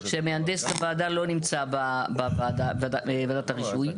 שמהנדס הוועדה לא נמצא בוועדה בוועדת הרישוי,